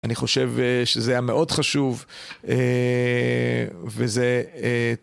אני חושב שזה היה מאוד חשוב וזה...